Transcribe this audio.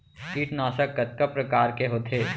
कीटनाशक कतका प्रकार के होथे?